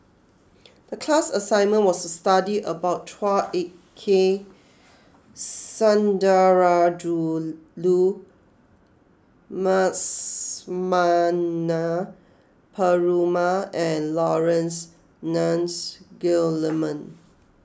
the class assignment was to study about Chua Ek Kay Sundarajulu Perumal and Laurence Nunns Guillemard